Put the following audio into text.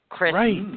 Right